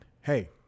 Hey